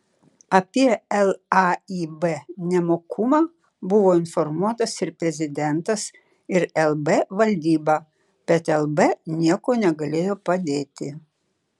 apie laib nemokumą buvo informuotas ir prezidentas ir lb valdyba bet lb niekuo negalėjo padėti